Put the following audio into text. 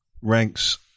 ranks